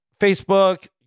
Facebook